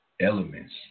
elements